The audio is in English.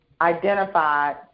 identified